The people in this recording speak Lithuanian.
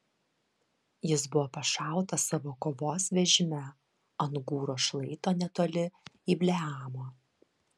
jis buvo pašautas savo kovos vežime ant gūro šlaito netoli ibleamo